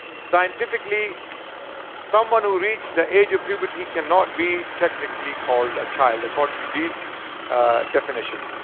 scientifically someone who reached the age of puberty cannot be technically called a child, according to these definitions.